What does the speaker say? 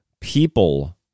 people